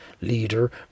leader